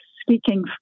speaking